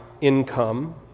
income